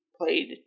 played